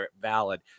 valid